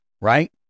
right